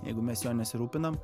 jeigu mes juo nesirūpinam